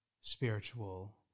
spiritual